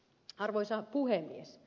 arvoisa puhemies